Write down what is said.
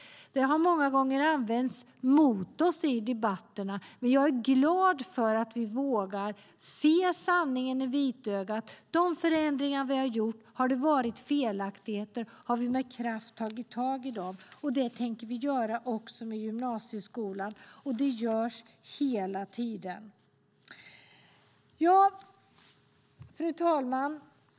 Det har många gånger använts mot oss i debatterna, men jag är glad att vi vågar se sanningen i vitögat. Har det varit felaktigheter har vi med kraft tagit tag i dem. Så tänker vi göra också med gymnasieskolan, och det görs hela tiden. Fru talman!